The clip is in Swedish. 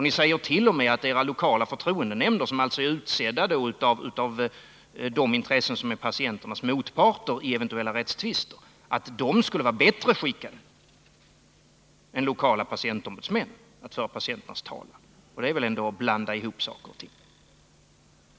Ni säger t.o.m. att era lokala förtroendenämnder, som alltså är utsedda av de intressen som är patienternas motparter i eventuella rättstvister, skulle vara bättre skickade än lokala patientombudsmän att föra patienternas talan. Det är väl ändå att blanda ihop saker och ting.